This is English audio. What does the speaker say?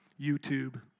YouTube